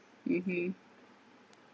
mmhmm